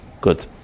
Good